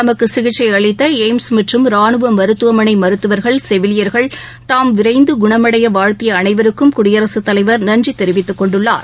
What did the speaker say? தமக்கு சிகிச்சை அளித்த எய்ம்ஸ் மற்றும் ராணுவ மருத்துவமனை மருத்துவர்கள் செவிலியர்கள் மற்றும் தாம் விரைந்து குணடைய வாழ்த்திய அனைவருக்கும் குடியரசுத்தலைவர் நன்றி தெரிவித்துக்கொண்டுள்ளார்